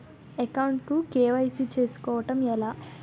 Account కు KYC చేసుకోవడం ఎలా?